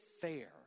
fair